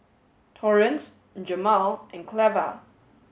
Torrence Jemal and Cleva